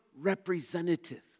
representative